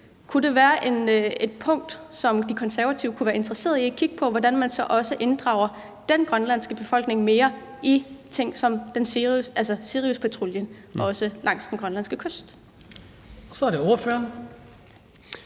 Kunne det være et punkt, som De Konservative kunne være interesserede i at kigge på, altså hvordan man så også inddrager den grønlandske befolkning mere i nogle ting som Siriuspatruljen langs den grønlandske kyst? Kl. 15:10 Den